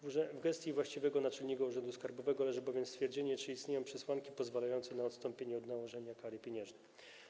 W gestii właściwego naczelnika urzędu skarbowego leży bowiem stwierdzenie, czy istnieją przesłanki pozwalające na odstąpienie od nałożenia kary pieniężnej.